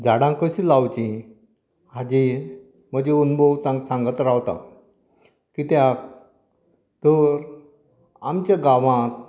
झाडां कशीं लावचीं हाजेर म्हजे अनुभव तांका सांगत रावतां कित्याक तर आमच्या गांवांत